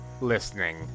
listening